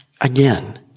Again